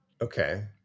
Okay